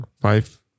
five